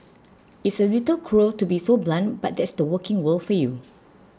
it's a little cruel to be so blunt but that's the working world for you